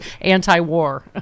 anti-war